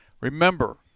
Remember